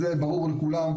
זה ברור לכולם,